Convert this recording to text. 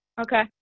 okay